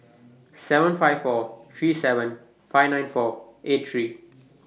seven five four three seven five nine four eight three